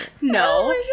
no